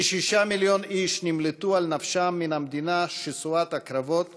כ-6 מיליון איש נמלטו על נפשם מן המדינה שסועת הקרבות